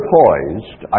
poised